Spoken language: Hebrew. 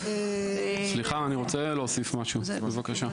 אני רוצה להוסיף משהו, בבקשה.